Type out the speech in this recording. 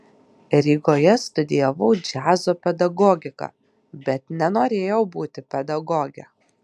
rygoje studijavau džiazo pedagogiką bet nenorėjau būti pedagoge